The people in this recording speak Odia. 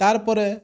ତାର୍ ପରେ